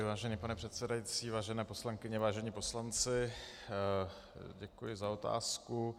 Vážený pane předsedající, vážené poslankyně, vážení poslanci, děkuji za otázku.